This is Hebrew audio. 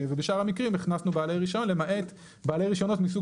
ובשאר המקרים הכנסנו בעלי רישיון למעט בעלי רישיונות מסוג